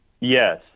yes